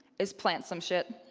is plant some shit.